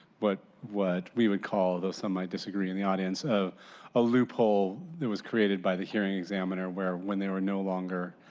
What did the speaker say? but what we would call the semi disagreeing in the audience, of a loophole that was created by the hearing examiner where when there were no longer,